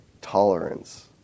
tolerance